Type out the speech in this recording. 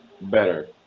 better